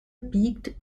biegt